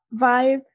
vibe